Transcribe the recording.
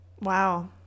Wow